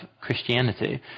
Christianity